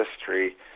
history